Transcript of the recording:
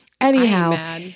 Anyhow